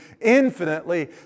infinitely